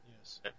Yes